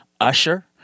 Usher